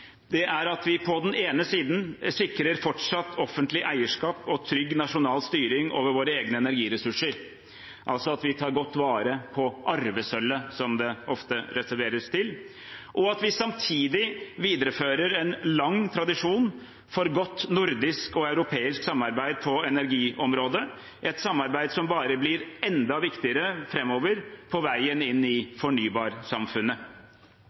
Det er at vi sikrer fortsatt offentlig eierskap og trygg nasjonal styring over våre egne energiressurser – tar godt vare på arvesølvet, som det ofte refereres til – og at vi samtidig viderefører en lang tradisjon for godt nordisk og europeisk samarbeid på energiområdet, et samarbeid som bare blir enda viktigere framover på veien inn